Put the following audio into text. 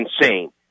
insane